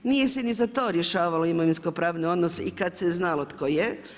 Nije se ni za to rješavalo imovinski pravni odnos i kad se znalo tko je.